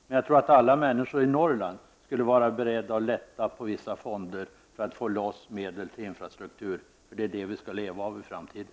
Men jag tror att alla människor i Norrland skulle vara beredda att lätta på vissa fonder för att få loss medel till infrastruktur. Det är det vi skall leva av i framtiden.